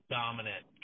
dominant